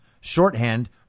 shorthand